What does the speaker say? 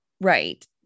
Right